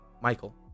Michael